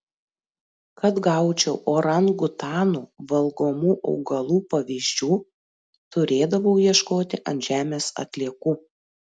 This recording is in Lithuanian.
kad gaučiau orangutanų valgomų augalų pavyzdžių turėdavau ieškoti ant žemės atliekų